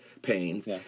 pains